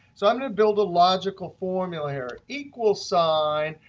so i'm going to build a logical formula here. equals sign,